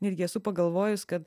netgi esu pagalvojus kad